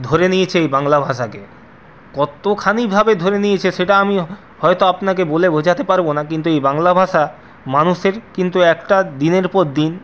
ধরে নিয়েছে এই বাংলা ভাষাকে কতখানিভাবে ধরে নিয়েছে সেটা আমি হয়তো আপনাকে বলে বোঝাতে পারবো না কিন্তু এই বাংলা ভাষা মানুষের কিন্তু একটা দিনের পর দিন